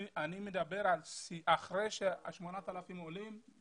אני מדבר כל כך שאחרי שה-8,000 עולים,